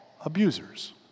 abusers